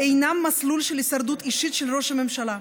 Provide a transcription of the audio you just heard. אינם מסלול של הישרדות אישית של ראש הממשלה,